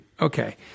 Okay